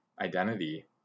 identity